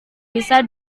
bisa